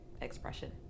expression